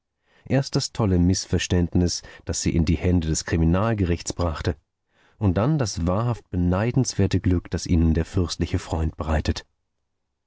erst das tolle mißverständnis das sie in die hände des kriminalgerichts brachte und dann das wahrhaft beneidenswerte glück das ihnen der fürstliche freund bereitet